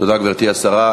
תודה, גברתי השרה.